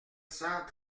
cent